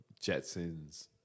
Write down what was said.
Jetsons